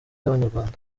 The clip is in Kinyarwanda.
z’abanyarwanda